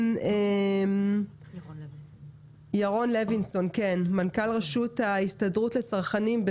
ב-זום ירון לוינסון, מנכ"ל רשות ההסתדרות לצרכנים.